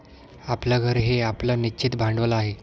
आपलं घर हे आपलं निश्चित भांडवल आहे